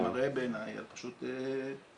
זה מראה בעיניי על פשוט --- זלזול?